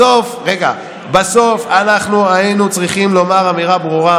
בסוף אנחנו היינו צריכים לומר אמירה ברורה